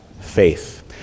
faith